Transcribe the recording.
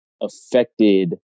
affected